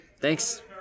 Thanks